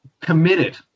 committed